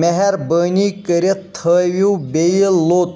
مہربٲنی کٔرِتھ تھٲیِو بیٚیہِ لوٚت